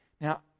Now